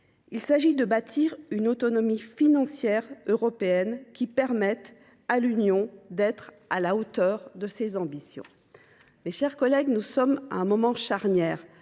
Il s’agit de bâtir une autonomie financière européenne, qui permette à l’Union européenne d’être à la hauteur de ses ambitions. Mes chers collègues, nous sommes à un moment charnière.